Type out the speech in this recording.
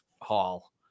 Hall